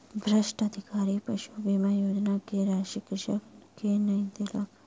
भ्रष्ट अधिकारी पशु बीमा योजना के राशि कृषक के नै देलक